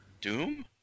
Doom